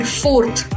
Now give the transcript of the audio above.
fourth